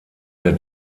der